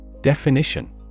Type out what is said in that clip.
Definition